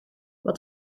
wat